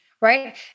right